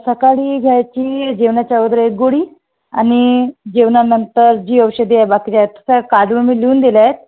सकाळी घ्यायची जेवणाच्या अगोदर एक गोडी आणि जेवणानंतर जी औषधी आहे बाकीच्यात त्या काढून मी लिहून दिल्या आहेत